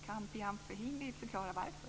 Kan Bijan Fahimi förklara varför?